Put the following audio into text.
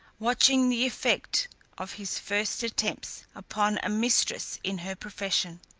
watching the effect of his first attempts upon a mistress in her profession.